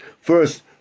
First